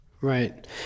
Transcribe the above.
right